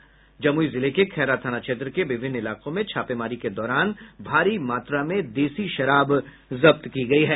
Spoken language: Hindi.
जमुई जिले के खैरा थाना क्षेत्र के विभिन्न इलाकों में पुलिस ने छापेमारी के दौरान भारी मात्रा में देसी शराब जब्त किया गया है